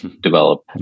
develop